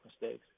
mistakes